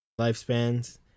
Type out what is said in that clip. lifespans